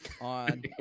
on